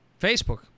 Facebook